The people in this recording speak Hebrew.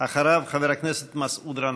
אחריו, חבר הכנסת מסעוד גנאים.